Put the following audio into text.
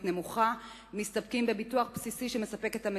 נמוכה מסתפקים בביטוח הבסיסי שהמדינה מספקת.